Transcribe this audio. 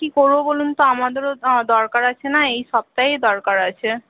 কি করব বলুন তো আমাদেরও দরকার আছে না এই সপ্তাহেই দরকার আছে